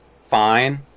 fine